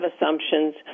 assumptions